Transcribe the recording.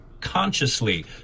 consciously